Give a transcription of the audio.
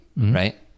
right